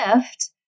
gift